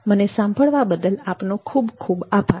મને સાંભળવા બદલ આપનો ખૂબ ખૂબ આભાર